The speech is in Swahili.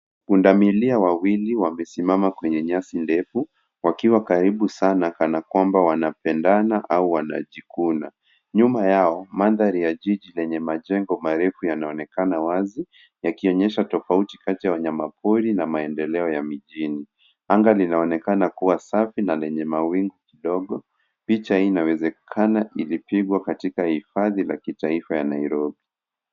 Pundamilia wawili wamesimama kwenye nyasi ndefu wakiwa karibu sana kana kwamba wanapendana au wanajikuna. Nyuma yao mandhari ya jiji lenye majengo marefu yanaonekana wazi yakionyesha tofauti kati ya wanyama pori na maendeleo ya mijini. Anga linaonekana kuwa safi na lenye mawingu kidogo. Picha hii inawezekana ilipigwa katika hifadhi la kitaifa ya Nairobi.